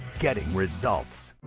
getting results